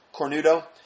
Cornudo